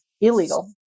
illegal